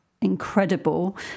incredible